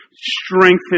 strengthen